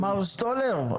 מר סטולר,